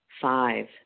Five